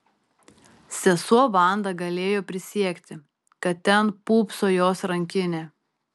sesuo vanda galėjo prisiekti kad ten pūpso jos rankinė